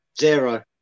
Zero